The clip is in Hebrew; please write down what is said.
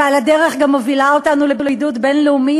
ועל הדרך גם מובילה אותנו לבידוד בין-לאומי